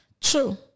True